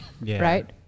right